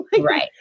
Right